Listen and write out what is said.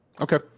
okay